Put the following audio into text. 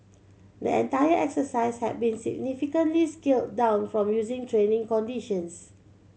the entire exercise had been significantly scaled down from usual training conditions